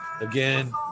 Again